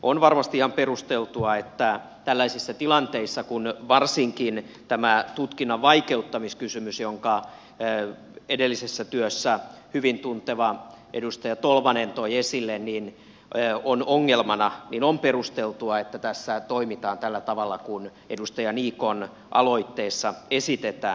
on varmasti ihan perusteltua että tällaisissa tilanteissa kun varsinkin tämä tutkinnan vaikeuttamiskysymys jonka edellisessä työssään hyvin tunteva edustaja tolvanen toi esille on ongelmana toimitaan tällä tavalla kuin edustaja niikon aloitteessa esitetään